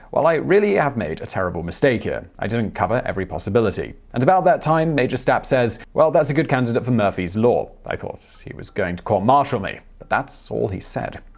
well, i really have made a terrible mistake here, i didn't cover every possibility and about that time, major stapp says, well, that's a good candidate for murphy's law'. i thought he was going to court martial me. but that's all he said.